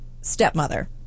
stepmother